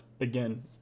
again